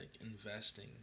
investing